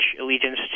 allegiance